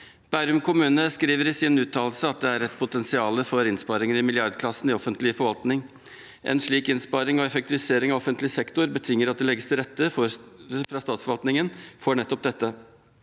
Bærum kommune skriver i sin uttalelse at det er et potensial for innsparinger i milliardklassen i offentlig forvaltning. En slik innsparing og effektivisering av offentlig sektor betinger at det legges til rette fra statsforvaltningen for nettopp dette.